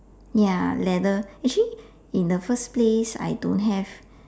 ya leather actually in the first place I don't have